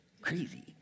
crazy